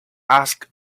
ask